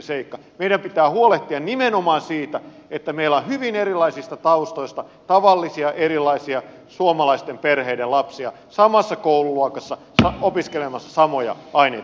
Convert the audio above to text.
meidän pitää huolehtia nimenomaan siitä että meillä on hyvin erilaisista taustoista tavallisia erilaisia suomalaisten perheiden lapsia samassa koululuokassa opiskelemassa samoja aineita